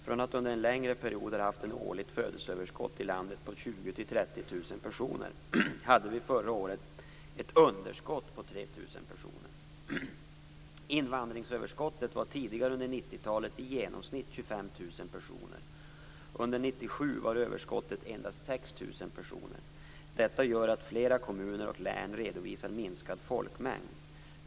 Från att under en längre period ha haft ett årligt födelseöverskott i landet på 20 000-30 000 personer hade vi förra året ett underskott på 3 000 personer. Invandringsöverskottet var tidigare under 1990-talet i genomsnitt 25 000 personer. Under 1997 var överskottet endast 6 000. Detta gör att flera kommuner och län redovisar minskad folkmängd.